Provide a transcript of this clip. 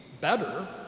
better